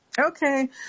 Okay